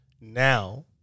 now